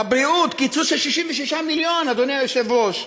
בבריאות, קיצוץ של 66 מיליון, אדוני היושב-ראש.